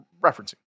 referencing